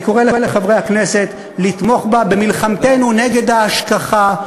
אני קורא לחברי הכנסת לתמוך בה במלחמתנו נגד ההשכחה,